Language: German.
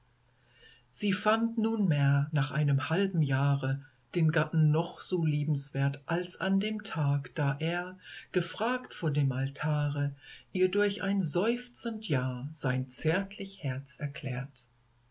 sie fand nunmehr nach einem halben jahre den gatten noch so liebenswert als an dem tag da er gefragt vor dem altare ihr durch ein seufzend ja sein zärtlich herz erklärt